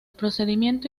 procedimiento